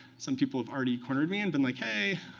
some people have already cornered me and been like, hey,